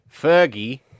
Fergie